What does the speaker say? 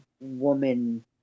woman